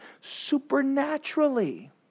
supernaturally